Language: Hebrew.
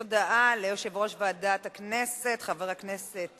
כעת יש הודעה ליושב-ראש ועדת הכנסת, חבר הכנסת